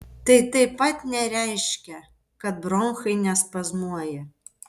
tai taip pat nereiškia kad bronchai nespazmuoja